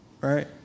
Right